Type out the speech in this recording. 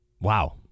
wow